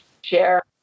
share